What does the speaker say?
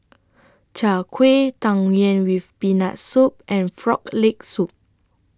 Chai Kuih Tang Yuen with Peanut Soup and Frog Leg Soup